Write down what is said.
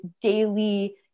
daily